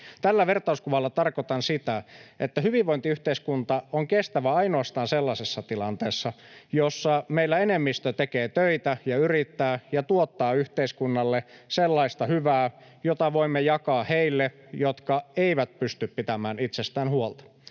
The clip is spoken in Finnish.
Tällä vertauskuvalla tarkoitan sitä, että hyvinvointiyhteiskunta on kestävä ainoastaan sellaisessa tilanteessa, jossa meillä enemmistö tekee töitä ja yrittää ja tuottaa yhteiskunnalle sellaista hyvää, jota voimme jakaa heille, jotka eivät pysty pitämään itsestään huolta.